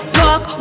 walk